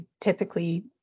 typically